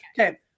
Okay